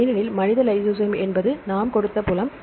ஏனெனில் மனித லைசோசைம் என்பது நாம் கொடுத்த புலம்